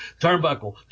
turnbuckle